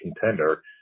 contender